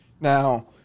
Now